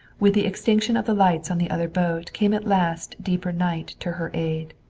with the extinction of the lights on the other boat came at last deeper night to her aid.